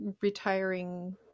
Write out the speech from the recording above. retiring